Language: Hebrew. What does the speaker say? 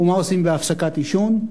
ומה עושים בהפסקת עישון?